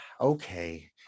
Okay